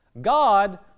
God